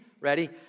ready